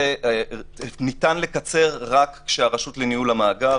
ניתן לקצר רק כשהרשות לניהול המאגר